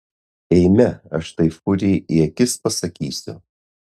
eime aš tai furijai į akis pasakysiu